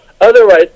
Otherwise